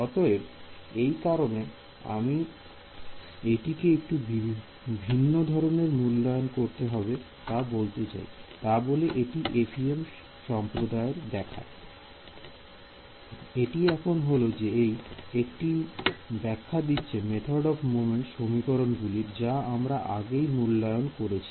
অতএব যে কারণে আমি এইটি একটু ভিন্ন ধরনের মূল্যায়ন করছি তা হল এটি FEM সম্প্রদায় দেখায় এটি এমন হলো যে এটি একটি ব্যাখ্যা দিচ্ছে মেথড অফ মোমেন্টস সমীকরণ গুলির যা আমরা আগেই মূল্যায়ন করেছে